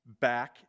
back